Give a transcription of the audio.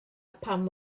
pam